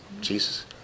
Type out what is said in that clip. Jesus